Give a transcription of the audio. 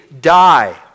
die